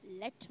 let